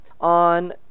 on